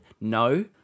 No